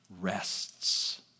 rests